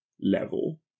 level